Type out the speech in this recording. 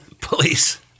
Police